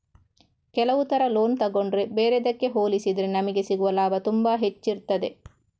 ಕೆಲವು ತರ ಲೋನ್ ತಗೊಂಡ್ರೆ ಬೇರೆದ್ದಕ್ಕೆ ಹೋಲಿಸಿದ್ರೆ ನಮಿಗೆ ಸಿಗುವ ಲಾಭ ತುಂಬಾ ಹೆಚ್ಚಿರ್ತದೆ